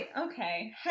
Okay